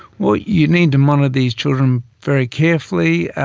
well you need to monitor these children very carefully.